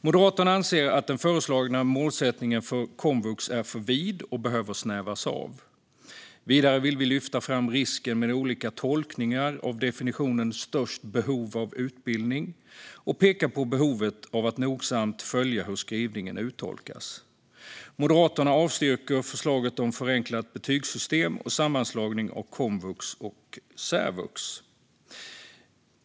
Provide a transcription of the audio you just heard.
Moderaterna anser att den föreslagna målsättningen för komvux är för vid och behöver snävas in. Vidare vill vi lyfta fram risken med olika tolkningar av definitionen "störst behov av utbildning" och peka på behovet av att nogsamt följa hur skrivningen uttolkas. Moderaterna avstyrker förslaget om ett förenklat betygssystem och sammanslagning av komvux och särvux.